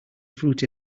fruit